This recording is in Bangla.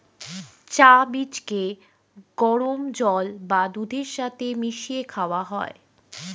চা বীজকে গরম জল বা দুধের সাথে মিশিয়ে খাওয়া হয়